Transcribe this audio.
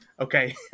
Okay